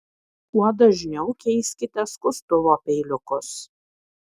kuo dažniau keiskite skustuvo peiliukus